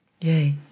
Yay